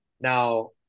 now